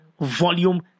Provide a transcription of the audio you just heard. volume